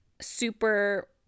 super